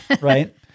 Right